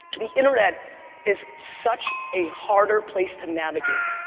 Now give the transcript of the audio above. the internet is such a harder place to navigate.